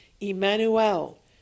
Emmanuel